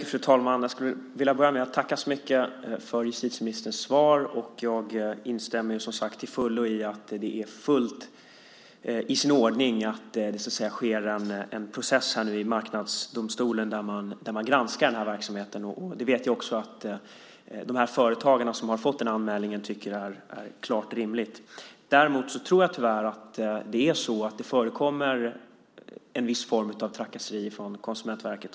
Fru talman! Jag skulle vilja börja med att tacka så mycket för justitieministerns svar. Jag instämmer som sagt till fullo i att det är helt i sin ordning att det sker en process i Marknadsdomstolen där man granskar den här verksamheten. Jag vet också att de företagare som har fått anmälningen tycker att det här är klart rimligt. Däremot tror jag tyvärr att det förekommer en viss form av trakasserier från Konsumentverket.